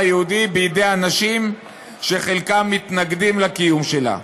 היהודי בידי אנשים שחלקם מתנגדים לקיום שלה.